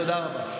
תודה רבה.